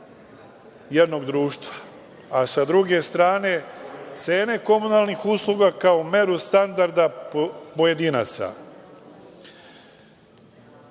jednog društva, a sa druge strane cene komunalnih usluga, kao meru standarda pojedinaca. Oblast